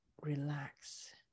relax